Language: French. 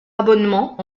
abonnement